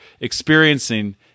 experiencing